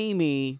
Amy